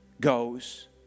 goes